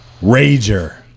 rager